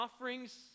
offerings